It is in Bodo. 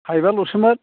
थाइबा ल'सोमोन